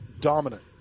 dominant